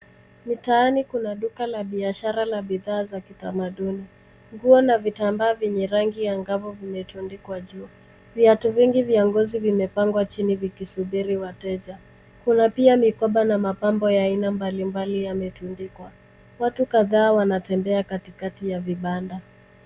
Mitaani kuna duka la biashara la bidhaa za kitamaduni. Nguo na vitambaa vyenye rangi angavu vimetundikwa juu. VIatu vingi vya ngozi vimepangwa chini vikisubiri wateja. Kuna pia mikoba na mapambo ya aina mbalimbali yametundikwa. Watu kadhaa wanatembea katikati ya vibanda.